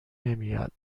نمیاد